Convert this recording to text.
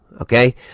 okay